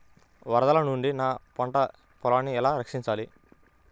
వరదల నుండి నా పంట పొలాలని ఎలా రక్షించాలి?